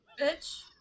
Bitch